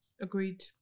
agreed